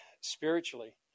spiritually